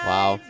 Wow